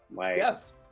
Yes